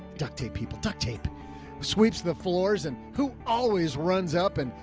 duct tape people, duct tape sweeps the floors and who always runs up and.